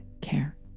care